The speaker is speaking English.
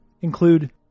include